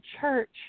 church